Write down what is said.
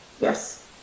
Yes